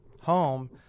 home